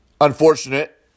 unfortunate